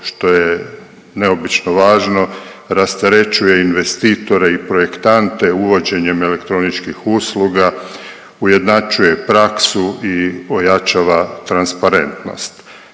što je neobično važno, rasterećuje investitore i projektante uvođenjem elektroničkih usluga, ujednačuje praksu i ojačava transparentnost.